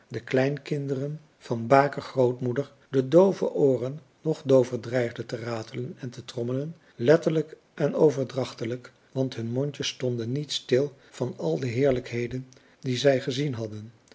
de kleinkinderen van baker grootmoeder de doove ooren nog doover dreigden te ratelen en te trommelen letterlijk en overdrachtelijk want hun mondjes stonden niet stil van al de heerlijkheden die zij gezien hadden